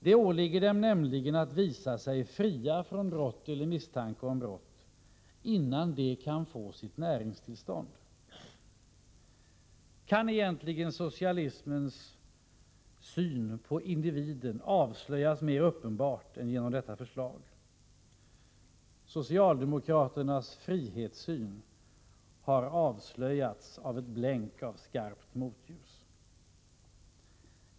Det åligger en nämligen att visa sig fri från brott och misstanke om brott, innan man får sitt näringstillstånd. Kan socialismens syn på individen avslöjas mera uppenbart än genom detta förslag? Socialdemokraternas frihetssyn har avslöjats av ett blänk av skarpt motljus.